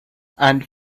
and